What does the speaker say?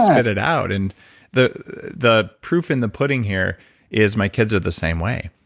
spit it out. and the the proof in the pudding here is, my kids are the same way.